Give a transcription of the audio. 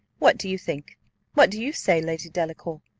what do you think what do you say, lady delacour?